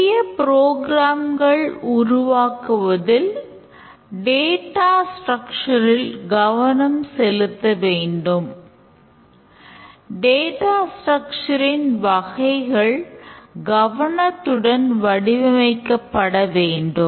பெரிய புரோகிராம்கள் ன் வகைகள் கவனத்துடன் வடிவமைக்கப்பட வேண்டும்